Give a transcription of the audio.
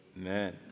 Amen